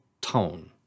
tone